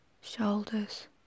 shoulders